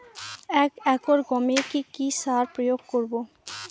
এক একর গমে কি কী সার প্রয়োগ করব?